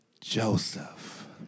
Joseph